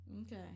Okay